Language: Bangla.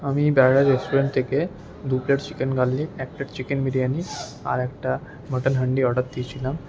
আমি দাদার রেস্টুরেন্ট থেকে দু প্লেট চিকেন গার্লিক একটা চিকেন বিরিয়ানি আর একটা মাটন হান্ডি অর্ডার দিয়েছিলাম